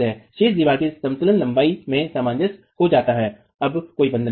शेष दीवार की समतुल्य लंबाई में सामंजस्य खो जाता है अब कोई बंधन नहीं है